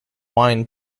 wine